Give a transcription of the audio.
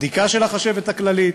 בדיקה של החשבת הכללית,